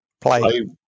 Play